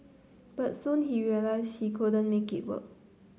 but soon he realised he couldn't make it work